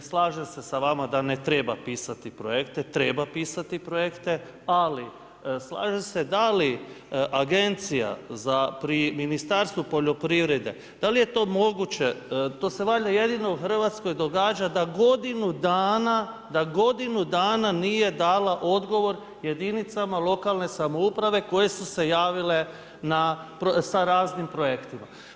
Ne slažem se sa vama da ne treba pisati projekte, treba pisati projekte ali slažem se da li Agencija pri Ministarstvu poljoprivrede, da li je to moguće, to se valjda jedino u Hrvatskoj događa da godinu dana, da godinu dana nije dala odgovor jedinicama lokalne samouprave koje su se javile sa raznim projektima.